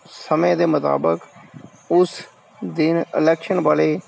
ਸਮੇਂ ਦੇ ਮੁਤਾਬਕ ਉਸ ਦਿਨ ਅਲੈਕਸ਼ਨ ਵਾਲੇ